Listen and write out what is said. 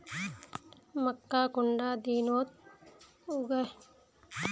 मक्का कुंडा दिनोत उगैहे?